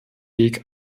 weg